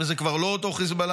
וזה כבר לא אותו חיזבאללה.